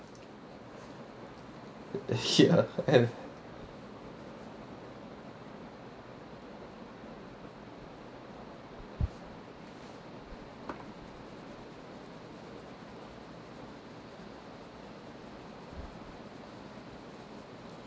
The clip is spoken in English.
here and